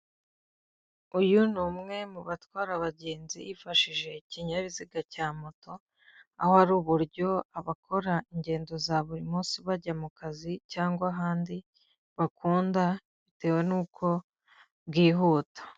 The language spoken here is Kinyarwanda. Uyu ni umwe mu batwara abagenzi yifashishije ikinyabiziga cya moto, aho ari uburyo abakora ingendo za buri munsi bajya mu kazi cyangwa ahandi bakunda, bitewe n'uko bwihuta.